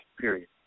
period